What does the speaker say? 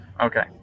Okay